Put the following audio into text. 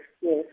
yes